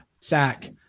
sack